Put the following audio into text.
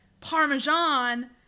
parmesan